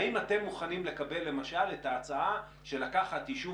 האם אתם מוכנים לקבל למשל את ההצעה לקחת יישוב